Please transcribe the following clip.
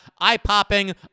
eye-popping